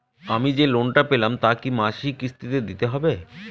আমি যে লোন টা পেলাম তা কি মাসিক কিস্তি তে দিতে হবে?